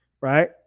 right